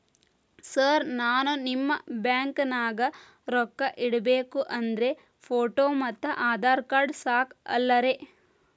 Sir ನಾನು ನಿಮ್ಮ ಬ್ಯಾಂಕನಾಗ ರೊಕ್ಕ ಇಡಬೇಕು ಅಂದ್ರೇ ಫೋಟೋ ಮತ್ತು ಆಧಾರ್ ಕಾರ್ಡ್ ಸಾಕ ಅಲ್ಲರೇ?